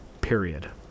period